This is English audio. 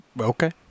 Okay